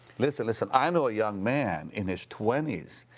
listen, listen, i know a young man in his twenty s.